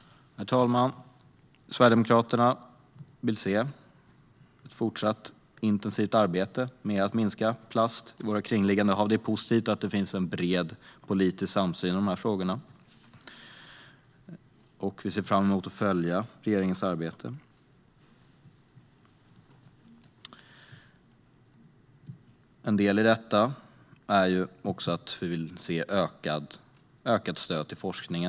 Herr talman! Sverigedemokraterna vill se ett fortsatt intensivt arbete med att minska mängden plast i våra kringliggande hav. Det är positivt att det finns en bred politisk samsyn i de här frågorna. Vi ser fram emot att följa regeringens arbete. En del i detta är ökat stöd till forskningen.